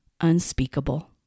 unspeakable